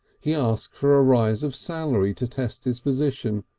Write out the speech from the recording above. he asked for a rise of salary to test his position,